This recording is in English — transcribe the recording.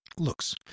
Looks